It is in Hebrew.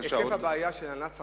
היקף הבעיה של הלנת שכר,